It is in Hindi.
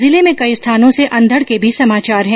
जिले में कई स्थानों से अंधड के भी समाचार है